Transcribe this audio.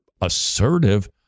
assertive